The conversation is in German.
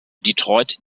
detroit